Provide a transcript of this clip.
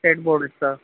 set बोर्डचा